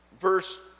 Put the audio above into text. verse